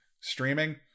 streaming